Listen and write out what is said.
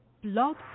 Blog